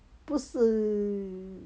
不是